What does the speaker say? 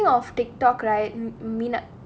oh ya speaking of the TikTok right